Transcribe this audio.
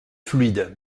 fluide